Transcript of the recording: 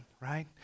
right